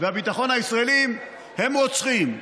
והביטחון הישראליים הם רוצחים.